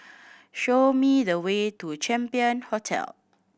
show me the way to Champion Hotel